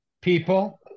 people